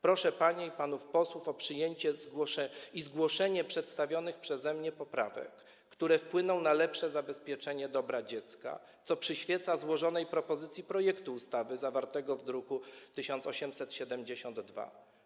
Proszę panie i panów posłów o przejęcie i zgłoszenie przedstawionych przeze mnie poprawek, które wpłyną na lepsze zabezpieczenie dobra dziecka, co przyświeca złożonej propozycji projektu ustawy zawartego w druku nr 1872.